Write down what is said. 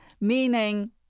meaning